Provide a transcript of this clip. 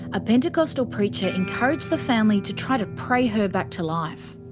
a pentacostal preacher encouraged the family to try to pray her back to life.